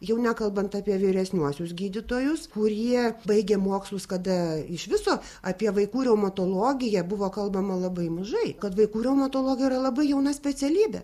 jau nekalbant apie vyresniuosius gydytojus kurie baigę mokslus kada iš viso apie vaikų reumatologiją buvo kalbama labai mažai kad vaikų reumatologija yra labai jauna specialybė